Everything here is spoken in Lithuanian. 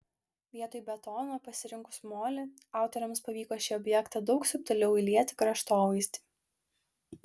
vietoj betono pasirinkus molį autoriams pavyko šį objektą daug subtiliau įlieti į kraštovaizdį